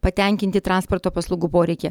patenkinti transporto paslaugų poreikį